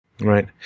Right